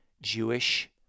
Jewish